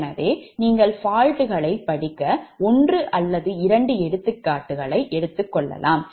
எனவே நீங்கள் fault களைப் படிக்க ஒன்று அல்லது இரண்டு எடுத்துக்காட்டுகளை எடுத்துக்கொள்ளலாம்